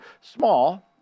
small